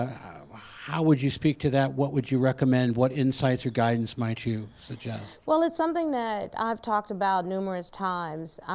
ah how how would you speak to that? what would you recommend? what insights or guidance might you suggest? well, it's something that i've talked about numerous times.